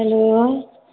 hello